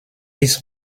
his